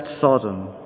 Sodom